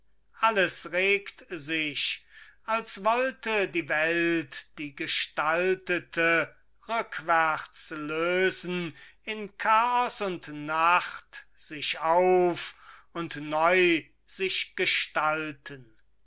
alles regt sich als wollte die welt die gestaltete rückwärts lösen in chaos und nacht sich auf und neu sich gestalten